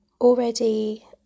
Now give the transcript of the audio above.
Already